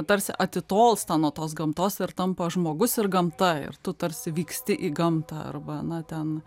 tarsi atitolsta nuo tos gamtos ir tampa žmogus ir gamta ir tu tarsi vyksti į gamtą arba na ten